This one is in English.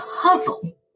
puzzle